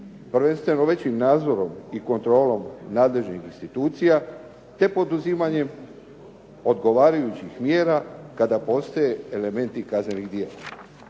prvenstveno većim nadzorom i kontrolom nadležnih institucija te poduzimanjem odgovarajućih mjera kada postoje elementi kaznenih djela.